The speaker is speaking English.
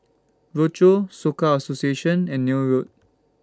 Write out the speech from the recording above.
Rochor Soka Association and Neil Road